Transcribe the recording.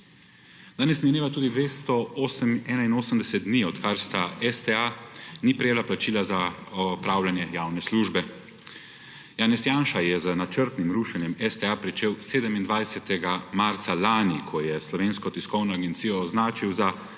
Danes mineva tudi 281 dni, odkar STA ni prejela plačila za opravljanje javne službe. Janez Janša je z načrtnim rušenjem STA pričel 27. marca lani, ko je Slovensko tiskovno agencijo označil za